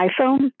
iPhone